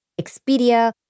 Expedia